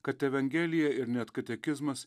kad evangelija ir net katekizmas